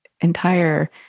entire